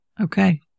Okay